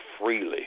freely